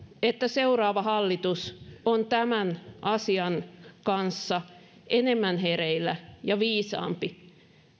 että seuraava hallitus on tämän asian kanssa enemmän hereillä ja viisaampi